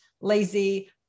lazy